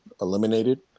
eliminated